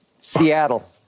Seattle